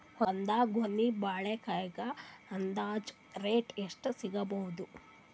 ಒಂದ್ ಗೊನಿ ಬಾಳೆಕಾಯಿಗ ಅಂದಾಜ ರೇಟ್ ಎಷ್ಟು ಸಿಗಬೋದ?